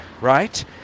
right